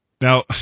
Now